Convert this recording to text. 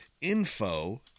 Info